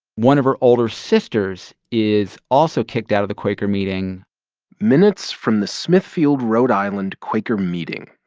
one of her older sisters is also kicked out of the quaker meeting minutes from the smithfield rhode island quaker meeting,